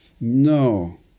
No